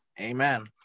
Amen